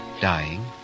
dying